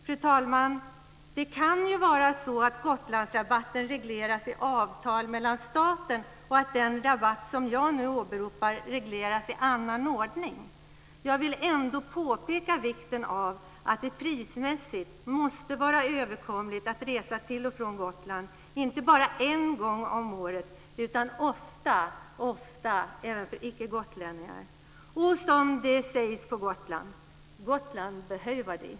Fru talman! Det kan ju vara så att Gotlandsrabatten regleras i avtal med staten och att den rabatt som jag här åberopar regleras i annan ordning. Jag vill ändå peka på vikten av att det prismässigt måste vara överkomligt att resa till och från Gotland, inte bara en gång om året utan ofta - även för icke gotlänningar. Jag avslutar med att säga som man säger på Gotland: Gotland behöver dig.